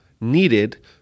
needed